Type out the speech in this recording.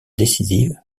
décisive